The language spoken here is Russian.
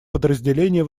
подразделения